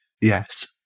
Yes